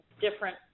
different